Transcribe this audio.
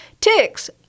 Ticks